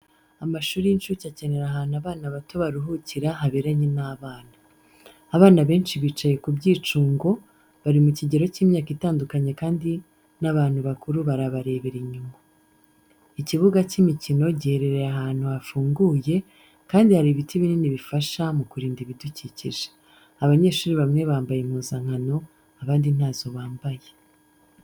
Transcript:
Amashuri y'incuke akenera ahantu abana bato baruhukira haberanye n'abana. Abana benshi bicaye ku byicungo, bari mu kigero cy'imyaka itandukanye kandi hari n'abantu bakuru babareba inyuma. Ikibuga cy'imikino giherereye ahantu hafunguye, kandi hari ibiti binini bifasha mu kurinda ibidukikije. Abanyeshuri bamwe bambaye impuzankano abandi ntazo bambaye.